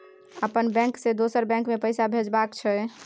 अपन बैंक से दोसर बैंक मे पैसा भेजबाक छै?